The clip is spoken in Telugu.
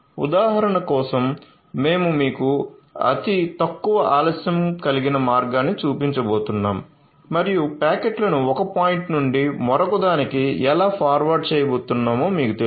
ఉదాహరణ కోసమే మేము మీకు అతి తక్కువ ఆలస్యం కలిగిన మార్గాన్ని చూపించబోతున్నాము మరియు ప్యాకెట్లను 1 పాయింట్ నుండి మరొకదానికి ఎలా ఫార్వార్డ్ చేయబోతున్నామో మీకు తెలుసు